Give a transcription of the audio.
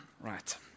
right